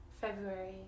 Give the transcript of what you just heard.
February